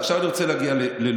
עכשיו אני רוצה להגיע ללוד.